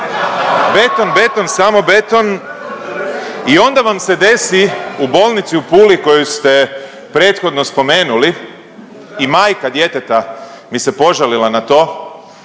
Beton, beton, samo beton i onda vam se desi u bolnici u Puli koju ste prethodno spomenuli i majka djeteta mi se požalila na to